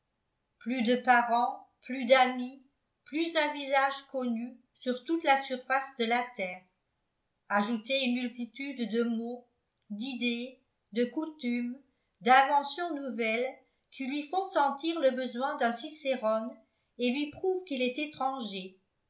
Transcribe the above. plus de parents plus d'amis plus un visage connu sur toute la surface de la terre ajoutez une multitude de mots d'idées de coutumes d'inventions nouvelles qui lui font sentir le besoin d'un cicérone et lui prouvent qu'il est étranger